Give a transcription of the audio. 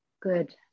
good